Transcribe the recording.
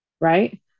right